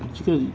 这个